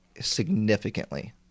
significantly